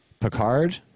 Picard